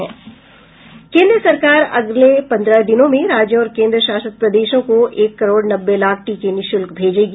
केन्द्र सरकार अगले पन्द्रह दिनों में राज्यों और केन्द्रशासित प्रदेशों को एक करोड़ नब्बे लाख टीके निःशुल्क भेजेगी